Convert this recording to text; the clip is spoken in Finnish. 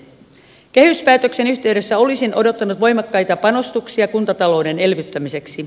kehyspäätöksen yhteydessä olisin odottanut voimakkaita panostuksia kuntatalouden elvyttämiseksi